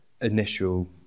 initial